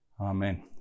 Amen